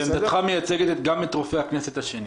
ועמדתך מייצגת גם את רופא הכנסת השני.